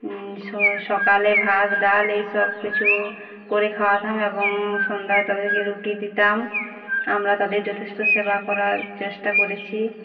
স সকালে ভাত ডাল এইসব কিছু করে খাওয়াতাম এবং সন্ধ্যায় তাদেরকে রুটি দিতাম আমরা তাদের যথেষ্ট সেবা করার চেষ্টা করেছি